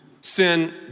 sin